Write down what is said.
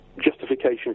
justification